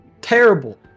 terrible